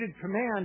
command